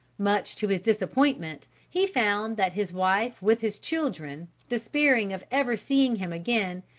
much to his disappointment he found that his wife with his children, despairing of ever seeing him again,